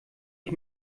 ich